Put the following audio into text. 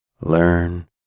learn